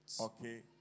okay